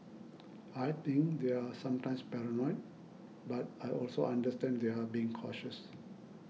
I think they're sometimes paranoid but I also understand they're being cautious